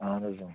اَہَن حظ